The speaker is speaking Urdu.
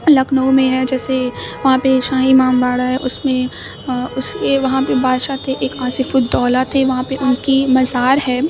لکھنؤ میں ہے جیسے وہاں پہ شاہی امام باڑہ ہے اس میں اس پہ وہاں پہ بادشاہ تھے ایک آصف الدولہ تھے وہاں پہ ان کی مزار ہے